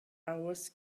hours